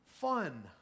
fun